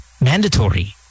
mandatory